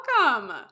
Welcome